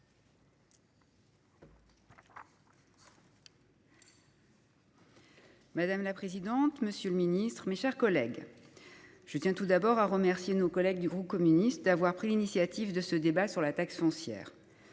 Madame la présidente, monsieur le ministre, mes chers collègues, je tiens à remercier nos collègues du groupe communiste d’avoir pris l’initiative de ce débat sur la taxe foncière.